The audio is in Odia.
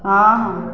ହଁ ହଁ